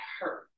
hurt